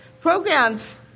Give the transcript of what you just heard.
programs